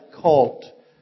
cult